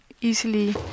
easily